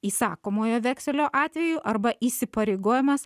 įsakomojo vekselio atveju arba įsipareigojimas